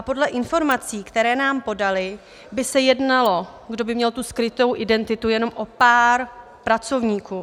Podle informací, které nám podali, by se jednalo, kdo by měl tu skrytou identitu, jenom o pár pracovníků.